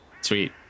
Sweet